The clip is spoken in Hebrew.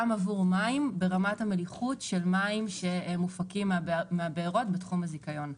עבור מים ברמת מליחות של מים שמופקים מהבארות בתחום הזיכיון.